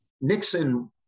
Nixon